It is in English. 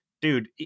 dude